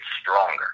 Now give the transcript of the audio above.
stronger